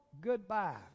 goodbye